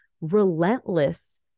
relentless